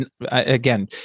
again